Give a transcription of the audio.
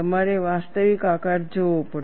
તમારે વાસ્તવિક આકાર જોવો પડશે